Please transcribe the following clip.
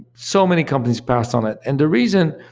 so many companies passed on it. and the reason,